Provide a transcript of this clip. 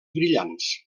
brillants